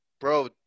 bro